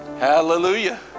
Hallelujah